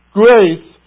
grace